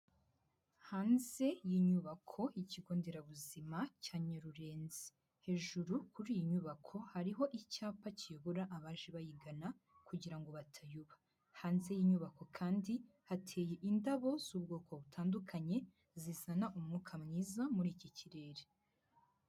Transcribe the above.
Hanze y'inyubako y'ikigo nderabuzima cya Nyarurenzi, hejuru kuri iyi nyubako hariho icyapa kiyobora abaje bayigana kugira ngo batayba, hanze y'inyubako kandi hateye indabo z'ubwoko butandukanye, zizana umwuka mwiza muri iki kirere.